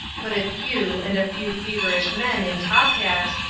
but if you, and a few feverish men, in top hats,